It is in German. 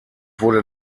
wurde